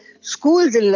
schools